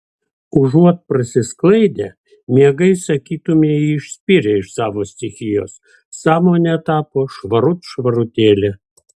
užuot prasisklaidę miegai sakytumei jį išspyrė iš savo stichijos sąmonė tapo švarut švarutėlė